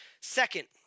Second